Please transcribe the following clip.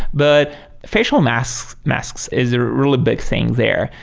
but facial masks masks is a really big thing there.